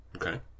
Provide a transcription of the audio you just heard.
Okay